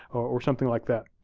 or something like that.